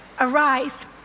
arise